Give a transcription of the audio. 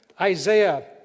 Isaiah